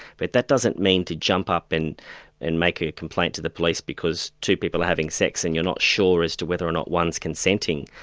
but that doesn't mean to jump up and and make a complaint to the police because two people are having sex and you're not sure as to whether or not one's consenting,